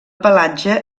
pelatge